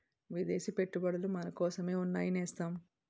విదేశీ పెట్టుబడులు మనకోసమే ఉన్నాయి నేస్తం